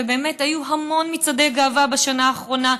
ובאמת היו המון מצעדי גאווה בשנה האחרונה.